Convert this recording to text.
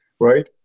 Right